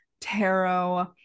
tarot